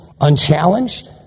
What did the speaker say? unchallenged